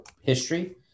history